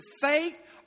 faith